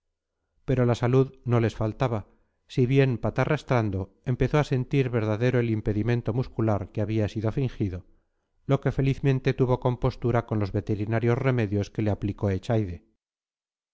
pero la salud no les faltaba si bien patarrastrando empezó a sentir verdadero el impedimento muscular que había sido fingido lo que felizmente tuvo compostura con los veterinarios remedios que le aplicó